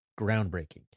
groundbreaking